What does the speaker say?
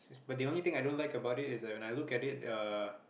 but the only thing i don't like about it is when I look at it uh